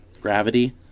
gravity